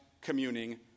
communing